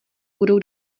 budou